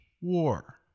war